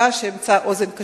בתקווה שאמצא אוזן קשבת.